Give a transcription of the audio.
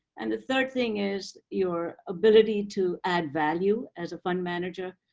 and the third thing is your ability to add value as a fund manager.